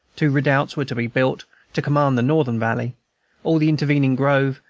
two redoubts were to be built to command the northern valley all the intervening grove,